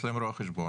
יש להם רואי חשבון,